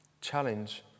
Challenge